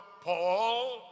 Paul